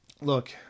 Look